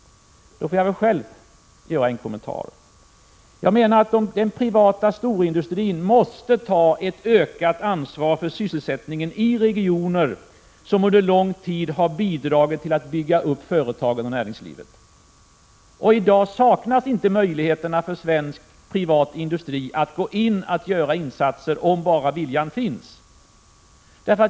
Då kan jag själv göra en kommentar. Den privata storindustrin måste ta ett ökat ansvar för sysselsättningen i regioner som under lång tid bidragit till att bygga upp företagen och näringslivet. I dag saknas inte möjligheter för svensk privatindustri att göra insatser, bara viljan finns.